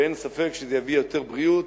ואין ספק שזה יביא יותר בריאות,